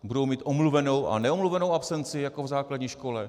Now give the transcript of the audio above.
Budou mít omluvenou a neomluvenou absenci jako v základní škole?